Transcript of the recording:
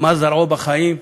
"מה זרעו בחיים,